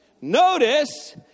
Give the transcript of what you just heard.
Notice